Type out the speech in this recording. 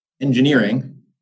Engineering